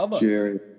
Jerry